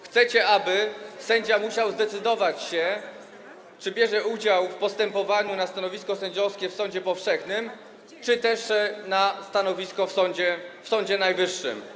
Chcecie, aby sędzia musiał zdecydować, czy bierze udział w postępowaniu na stanowisko sędziowskie w sądzie powszechnym, czy też na stanowisko w Sądzie Najwyższym.